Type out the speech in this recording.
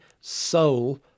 soul